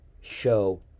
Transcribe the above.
show